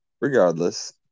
regardless